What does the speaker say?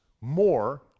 more